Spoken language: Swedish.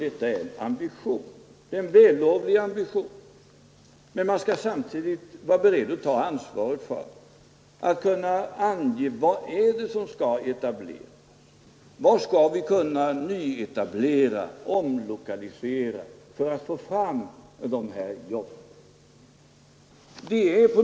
Det är en vällovlig ambition, men man skall samtidigt vara beredd att kunna ange vad som skall etableras. Vad skall vi kunna nyetablera och omlokalisera för att få fram jobben?